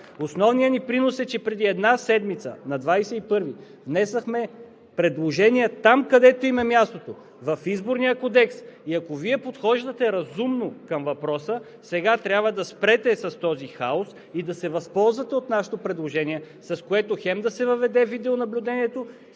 Основният ни принос е, че преди една седмица на 21 януари внесохме предложения там, където им е мястото – в Изборния кодекс. Ако Вие подхождате разумно към въпроса, сега трябва да спрете с този хаос и да се възползвате от нашето предложение, с което хем да се въведе видеонаблюдението,